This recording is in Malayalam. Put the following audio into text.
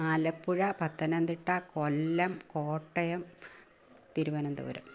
ആലപ്പുഴ പത്തനംതിട്ട കൊല്ലം കോട്ടയം തിരുവനന്തപുരം